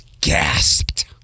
gasped